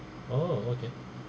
oh okay